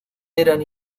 eran